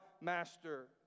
Master